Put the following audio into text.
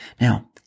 Now